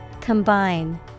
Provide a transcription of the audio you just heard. Combine